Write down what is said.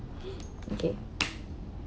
okay